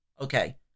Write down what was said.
Okay